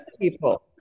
people